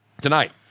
Tonight